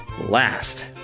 last